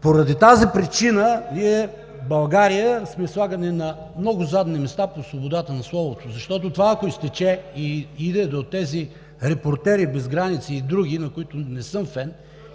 Поради тази причина България е слагана на много по-задни места по свободата на словото. Ако това изтече и иде до тези репортери без граници и други, на които не съм фен,